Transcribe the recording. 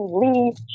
leave